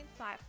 insightful